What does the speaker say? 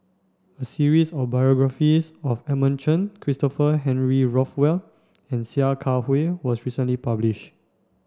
a series of biographies of Edmund Chen Christopher Henry Rothwell and Sia Kah Hui was recently publish